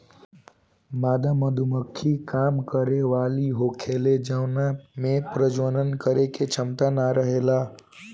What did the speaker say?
मादा मधुमक्खी काम करे वाली होखेले जवना में प्रजनन करे के क्षमता ना रहेला